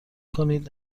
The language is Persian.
کنید